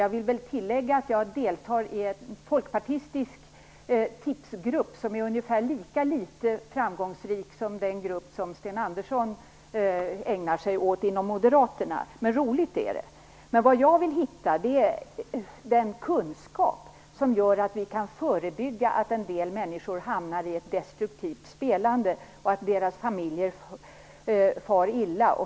Jag vill tillägga att jag deltar i en folkpartistisk tipsgrupp som är ungefär lika litet framgångsrik som den grupp som Sten Andersson ingår i bland Moderaterna, men roligt är det. Vad jag vill hitta är en kunskap som gör att vi kan förebygga att en del människor hamnar i ett destruktivt spelande, som gör att deras familjer far illa.